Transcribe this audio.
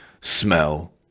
smell